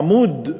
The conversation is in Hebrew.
עמוד,